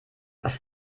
was